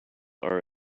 are